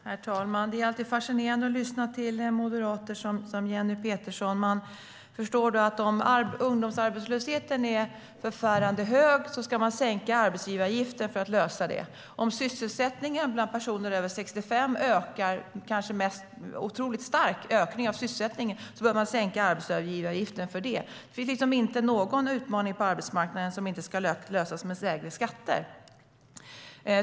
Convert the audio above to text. Herr talman! Det är alltid fascinerande att lyssna till moderater som Jenny Petersson. Om ungdomsarbetslösheten är förfärande hög ska man sänka arbetsgivaravgiften för att lösa det. Om sysselsättningen bland personer över 65 år ökar och det är en otroligt stark ökning av sysselsättningen, då behöver man sänka arbetsgivaravgiften för det. Det finns liksom inte någon utmaning på arbetsmarknaden som inte ska lösas genom lägre skatter.